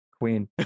queen